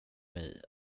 mig